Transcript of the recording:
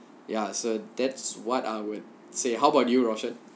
ya so that's what I would say how about you rocient